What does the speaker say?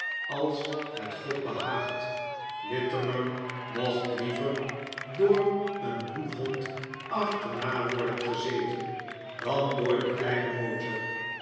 als het god behaagt littimer mocht begin van een groote reis liever door een bloedhond achterna worden pezete'n dan door de kleine